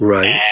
Right